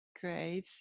Great